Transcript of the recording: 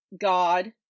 God